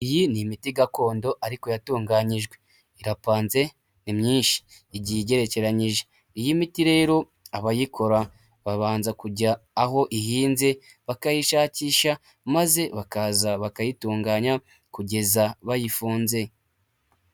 Iyi ni imiti gakondo ariko yatunganyijwe irapanze ni myinshi igiye igerekeranyije, iyi miti rero abayikora babanza kujya aho ihinze bakayishakisha maze bakaza bakayitunganya kugeza bayifunze.